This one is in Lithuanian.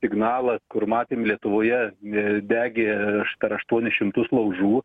signalas kur matėm lietuvoje ve degė aš per aštuonis šimtus laužų